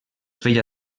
feia